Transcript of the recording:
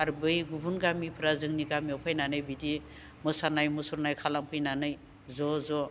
आरो बै गुबुन गामिफ्रा जोंनि गामियाव फैनानै बिदि मोसानाय मुसुरनाय खालाम फैनानै ज'ज'